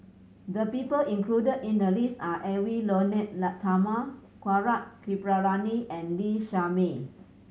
the people included in the list are Edwy Lyonet Talma Gaurav Kripalani and Lee Shermay